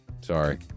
Sorry